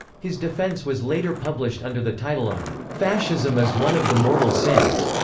his defense was later published under the title of fascism is one of the mortal sins.